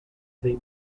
they